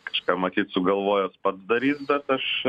kažkam matyt sugalvojęs padarys bet aš